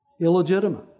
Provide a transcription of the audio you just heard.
Illegitimate